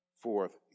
Fourth